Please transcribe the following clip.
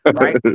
Right